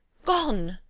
gone,